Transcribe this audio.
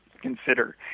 consider